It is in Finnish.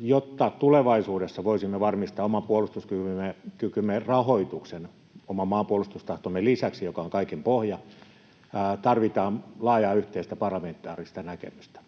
jotta tulevaisuudessa voisimme varmistaa oman puolustuskykymme rahoituksen oman maanpuolustustahtomme lisäksi, joka on kaiken pohja, tarvitaan laajaa yhteistä parlamentaarista näkemystä.